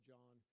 John